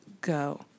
go